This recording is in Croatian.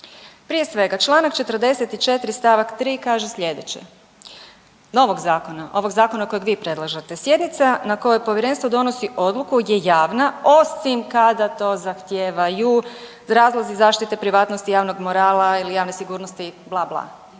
Prije svega članak 44. stavak 3. kaže sljedeće novog zakona, ovog zakona kojeg vi predlažete: „Sjednica na kojoj Povjerenstvo donosi odluku je javna osim kada to zahtijevaju razlozi zaštite privatnosti, javnog morala ili javne sigurnosti …“ bla, bla.